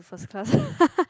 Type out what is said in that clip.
first class